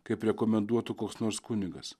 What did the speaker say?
kaip rekomenduotų koks nors kunigas